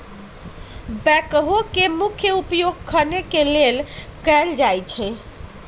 backhoe के मुख्य उपयोग खने के लेल कयल जाइ छइ